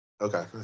Okay